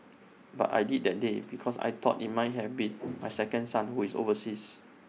but I did that day because I thought IT might have been my second son who is overseas